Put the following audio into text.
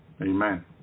Amen